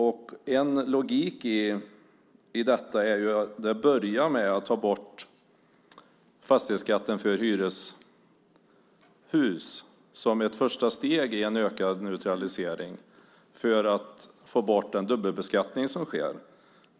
För att få logik i detta bör man till att börja med ta bort fastighetsskatten för hyreshus, detta som ett första steg i en ökad neutralisering och för att få bort den dubbelbeskattning som sker.